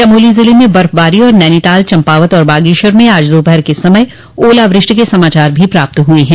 चमोली जिले में बर्फबारी और नैनीताल चम्पावत और बागेश्वर में आज दोपहर के समय ओलावृष्टि होने के समाचार भी प्राप्त हुए हैं